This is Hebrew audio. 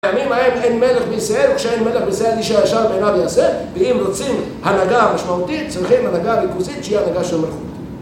בימים האם אין מלך בישראל, וכשאין מלך בישראל איש הישר בעיניו יעשה, ואם רוצים הנהגה משמעותית, צריכים הנהגה ריכוזית שהיא הנהגה של מלכות.